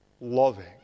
loving